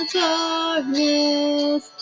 darkness